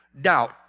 doubt